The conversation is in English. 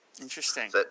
interesting